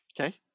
Okay